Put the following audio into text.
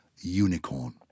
unicorn